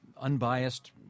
unbiased